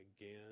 again